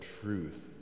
truth